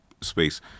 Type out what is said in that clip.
space